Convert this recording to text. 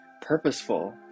purposeful